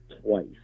twice